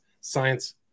Science